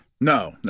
No